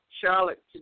Charlotte